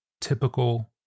Typical